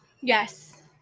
Yes